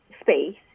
space